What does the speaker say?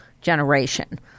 generation